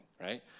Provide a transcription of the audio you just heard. right